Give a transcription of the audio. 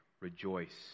rejoice